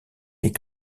les